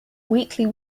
wheatley